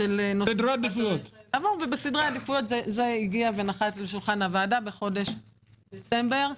בסדרי עדיפויות זה נחת על שולחן הוועדה בחודש דצמבר.